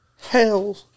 Hell